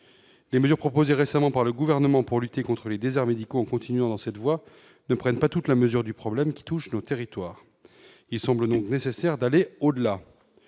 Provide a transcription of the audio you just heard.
les mesures proposées récemment par le gouvernement pour lutter contre les déserts médicaux continuons dans cette voie, ne prennent pas toute la mesure du problème qui touche le territoire, il semble donc nécessaire d'aller au-delà